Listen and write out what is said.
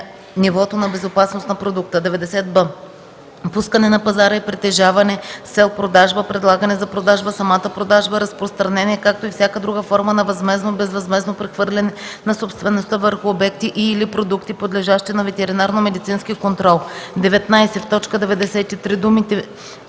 нивото на безопасност на продукта. 90б. „Пускане на пазара” е притежаване с цел продажба, предлагане за продажба, самата продажба, разпространение, както и всяка друга форма на възмездно и безвъзмездно прехвърляне на собствеността върху обекти и/или продукти, подлежащи на ветеринарномедицински контрол”.